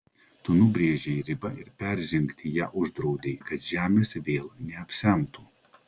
tu nubrėžei ribą ir peržengti ją uždraudei kad žemės vėl neapsemtų